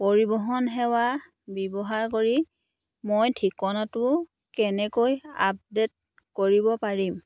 পৰিৱহণ সেৱা ব্যৱহাৰ কৰি মই ঠিকনাটো কেনেকৈ আপডেট কৰিব পাৰিম